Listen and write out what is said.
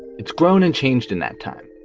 it's grown and changed in that time,